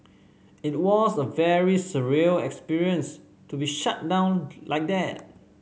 it was a very surreal experience to be shut down like that